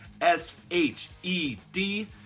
s-h-e-d